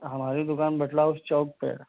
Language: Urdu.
ہماری دُکان بٹلہ ہاؤس چوک پہ ہے